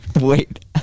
wait